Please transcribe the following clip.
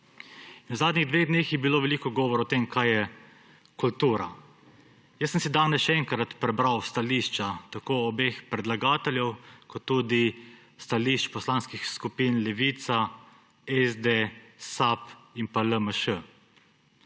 V zadnjih dveh dneh je bilo veliko govora, kaj je kultura. Jaz sem si danes še prebral stališča tako obeh predlagateljev kot tudi poslanskih skupin Levica, SD, SAB in LMŠ.